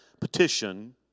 petition